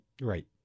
Right